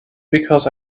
because